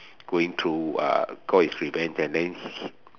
going through uh got his revenge and then